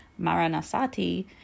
Maranasati